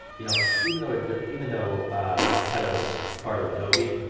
you know even though ah even though marketo is part of adobe,